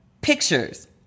pictures